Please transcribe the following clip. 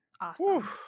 awesome